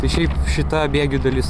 tai šiaip šita bėgių dalis